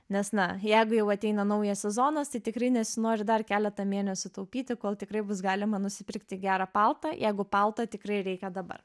nes na jeigu jau ateina naujas sezonas tai tikrai nesinori dar keletą mėnesių taupyti kol tikrai bus galima nusipirkti gerą paltą jeigu palto tikrai reikia dabar